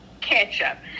ketchup